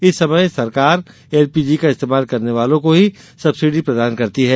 इस समय सरकार एलपीजी का इस्तेमाल करने वाले को ही सब्सिडी देती है